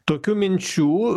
tokių minčių